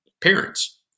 parents